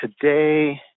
today